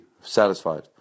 satisfied